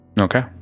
Okay